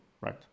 right